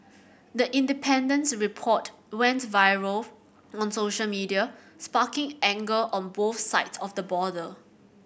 the Independent's report went viral on social media sparking anger on both sides of the border